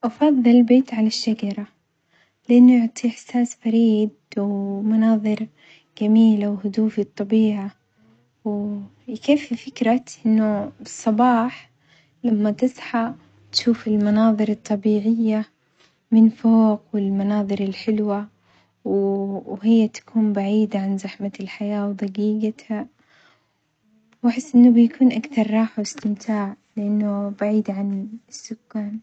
أفظل بيت على الشجرة لأنه يعطي إحساس فريد ومناظر جميلة وهدوء في الطبيعة ويكفي فكرة أنه بالصباح لما تصحى تشوف المناظر الطبيعية من فوق والمناظر الحلوة وهي تكون بعيدة عن زحمة الحياة وظجيجتها، وأحس أنه بيكون أكثر راحة واستمتاع لأنه بعيد عن السكان.